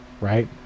right